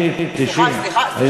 אני, סליחה, סליחה, סליחה.